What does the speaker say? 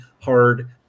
hard